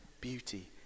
beauty